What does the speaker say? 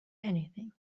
anything